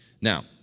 Now